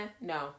no